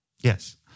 Yes